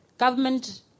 government